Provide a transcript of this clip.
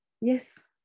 Yes